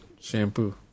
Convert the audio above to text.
shampoo